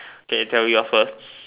okay tell you first